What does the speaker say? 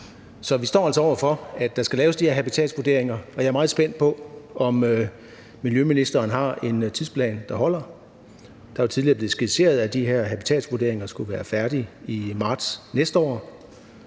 Så vi står altså over for, at der skal laves de her habitatsvurderinger, og jeg er meget spændt på, om miljøministeren har en tidsplan, der holder. Det er tidligere blevet skitseret, at de her habitatsvurderinger skulle være færdige i marts næste år.